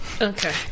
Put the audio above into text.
Okay